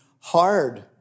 hard